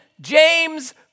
James